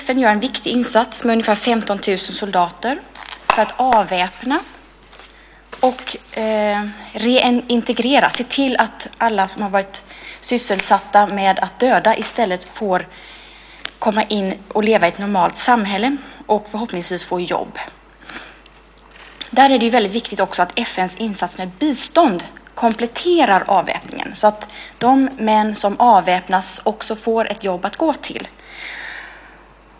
FN gör en viktig insats med ungefär 15 000 soldater för att avväpna och reintegrera, se till att alla som har varit sysselsatta med att döda i stället får komma in och leva i ett normalt samhälle och förhoppningsvis få jobb. Där är det också väldigt viktigt att FN:s insats med bistånd kompletterar avväpningen, så att de män som avväpnas får ett jobb att gå till.